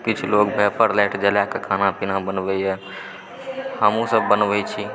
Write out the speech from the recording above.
किछु लोक vapour light जलाएके खाना पीना बनबैया हमहुँ सब बनबै छी